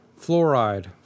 fluoride